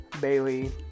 Bailey